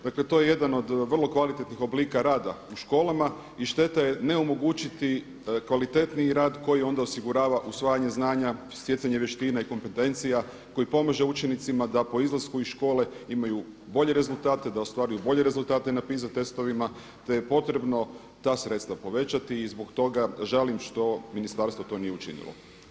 Dakle, to je jedan od vrlo kvalitetnih oblika rada u školama i šteta je ne omogućiti kvalitetniji rad koji onda osigurava usvajanje znanja, stjecanje vještina i kompetencija, koji pomaže učenicima da po izlasku iz škole imaju bolje rezultate, da ostvaruju bolje rezultate na PISA testovima, te je potrebno ta sredstva povećati i zbog toga žalim što to ministarstvo nije učinilo.